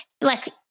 like-